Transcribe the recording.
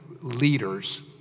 leaders—